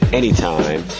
anytime